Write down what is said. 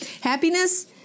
happiness